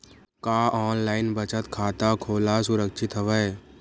का ऑनलाइन बचत खाता खोला सुरक्षित हवय?